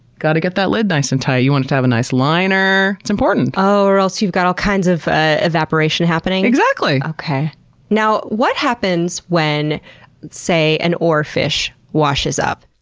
gotta get that lid nice and tight. you want it to have a nice liner. it's important. oh, or else you've got all kinds of ah evaporation happening? exactly! now, what happens when say, an oarfish washes up.